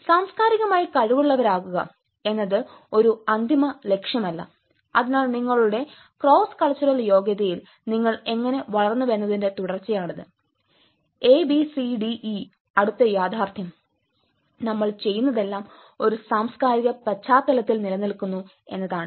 സാംസ്കാരികമായി കഴിവുള്ളവരാകുക എന്നത് ഒരു അന്തിമ ലക്ഷ്യമല്ല അതിനാൽ നിങ്ങളുടെ ക്രോസ് കൾച്ചറൽ യോഗ്യതയിൽ നിങ്ങൾ എങ്ങനെ വളരുന്നുവെന്നതിന്റെ തുടർച്ചയാണത് A B C D E അടുത്ത യാഥാർത്ഥ്യം നമ്മൾ ചെയ്യുന്നതെല്ലാം ഒരു സാംസ്കാരിക പശ്ചാത്തലത്തിൽ നിലനിൽക്കുന്നു എന്നതാണ്